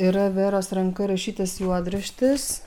yra vėros ranka rašytas juodraštis